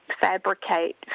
fabricate